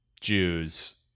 Jews